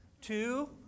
two